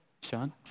Sean